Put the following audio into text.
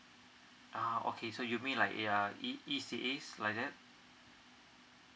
ah okay so you mean like yeah it is it is like that